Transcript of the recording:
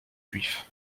juifs